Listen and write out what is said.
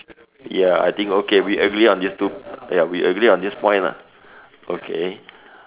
ya I think okay we we agree on this two ya we agree on this point lah okay